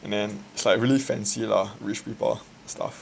is like really fancy lah rich people stuff